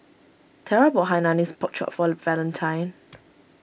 Tera bought Hainanese Pork Chop for Valentine